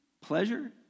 Pleasure